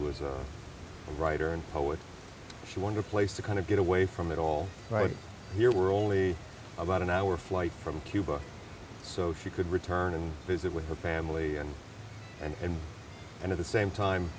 was a writer and poet she won her place to kind of get away from it all right here we're only about an hour flight from cuba so she could return and visit with her family and and and at the same